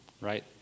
right